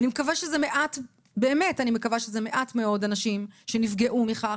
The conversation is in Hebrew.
אני באמת מקווה שמעט מאוד אנשים נפגעו בכך.